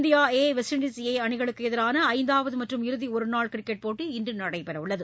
India A West Indies A அணிகளுக்கு எதிரான ஐந்தாவது மற்றும் இறுதி ஒருநாள் கிரிக்கெட் போட்டி இன்று நடைபெறவுள்ளது